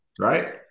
right